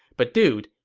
but dude,